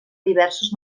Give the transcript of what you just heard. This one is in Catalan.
diversos